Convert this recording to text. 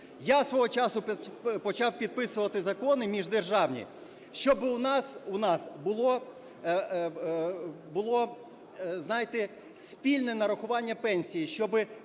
Я свого часу почав підписувати закони міждержавні, щоб у нас було, знаєте, спільне нарахування пенсії,